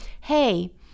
hey